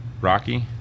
Rocky